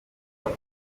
guha